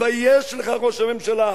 תתבייש לך, ראש הממשלה.